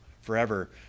forever